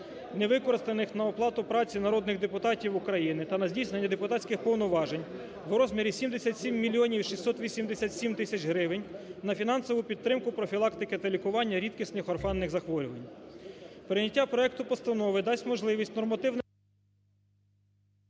не використаних на оплату праці народних депутатів України та на здійснення депутатських повноважень, в розмірі 77 мільйонів 687 тисяч гривень, на фінансову підтримку профілактики та лікування рідкісних орфанних захворювань.